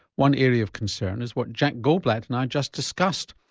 one area of concern is what jack goldblatt and i just discussed,